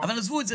אבל עזבו את זה,